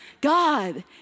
God